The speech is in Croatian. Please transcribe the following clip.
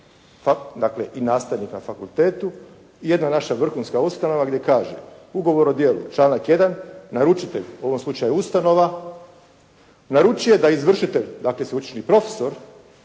dakle i nastavnik na fakultetu, jedna naša vrhunska ustanova gdje kaže: “Ugovor o djelu, članak 1. naručitelj, u ovom slučaju ustanova naručuje da izvršitelj“, dakle sveučilišni profesor